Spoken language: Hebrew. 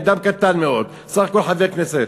אדם קטן מאוד, בסך הכול חבר כנסת,